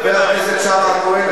חבר הכנסת שאמה-הכהן,